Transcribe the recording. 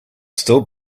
still